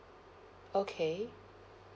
okay